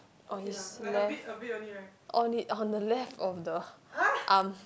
on his left on it on the left of the arm